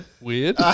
weird